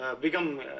become